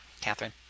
Catherine